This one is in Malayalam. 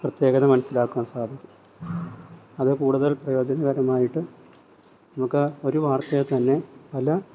പ്രത്യേകത മനസ്സിലാക്കുവാൻ സാധിക്കും അത് കൂടുതൽ പ്രയോജനകരമായിട്ട് നമുക്ക് ഒരു വാർത്തയെ തന്നെ പല